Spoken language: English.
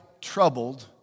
troubled